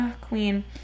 queen